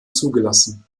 zugelassen